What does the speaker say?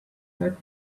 set